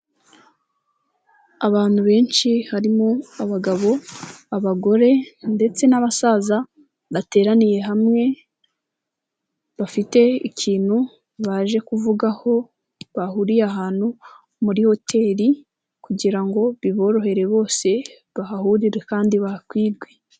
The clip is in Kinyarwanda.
Abantu benshi harimo abagabo, abagore ndetse n'abasaza, bateraniye hamwe bafite ikintu baje kuvugaho bahuriye ahantu muri hoteli kugira ngo biborohere bose bahahurire kandi bahakwirwe.